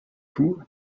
too